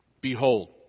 Behold